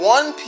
One